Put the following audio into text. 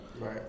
Right